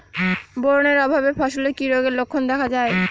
Boron এর অভাবে ফসলে কি রোগের লক্ষণ দেখা যায়?